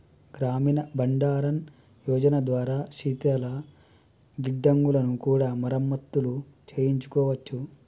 గ్రామీణ బండారన్ యోజన ద్వారా శీతల గిడ్డంగులను కూడా మరమత్తులు చేయించుకోవచ్చు